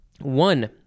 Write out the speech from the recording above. One